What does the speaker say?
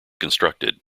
constructed